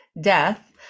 death